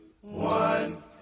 one